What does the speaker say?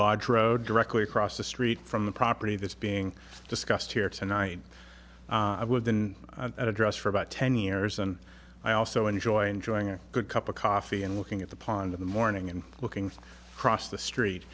large road directly across the street from the property that's being discussed here tonight i would than that address for about ten years and i also enjoy enjoying a good cup of coffee and looking at the pond in the morning and looking across the street